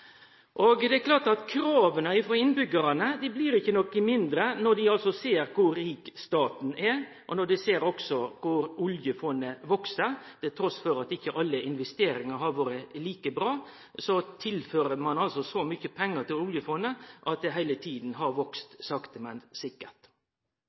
Det er klart at krava frå innbyggjarane ikkje blir noko mindre når dei ser kor rik staten er, og når dei ser korleis oljefondet veks. Trass i at investeringane ikkje har vore like bra, tilfører ein så mykje pengar til oljefondet at det heile tida har